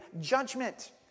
judgment